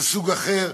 זה סוג אחר,